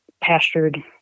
pastured